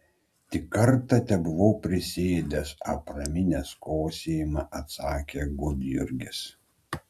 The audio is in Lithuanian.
tik kartą tebuvau prisėdęs apraminęs kosėjimą atsakė gudjurgis